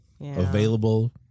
available